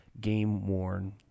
game-worn